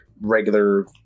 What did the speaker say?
regular